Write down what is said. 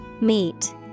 Meet